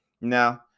No